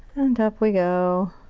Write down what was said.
and up we go.